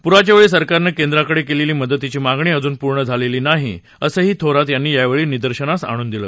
पुराच्या वेळी सरकारनं केंद्राकडे केलेली मदतीची मागणी अजून पूर्ण झालेली नाही असंही थोरात यांनी यावेळी निदर्शनाला आणून दिलं